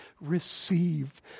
receive